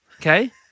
okay